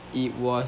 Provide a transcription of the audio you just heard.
it was